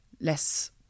less